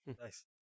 nice